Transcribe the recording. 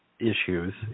issues